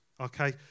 Okay